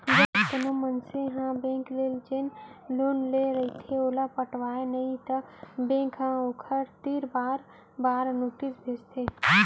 जब कोनो मनसे ह बेंक ले जेन लोन ले रहिथे ओला पटावय नइ त बेंक ह ओखर तीर बार बार नोटिस भेजथे